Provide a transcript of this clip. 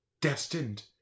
destined